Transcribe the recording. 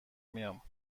میرم